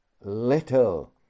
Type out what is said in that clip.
little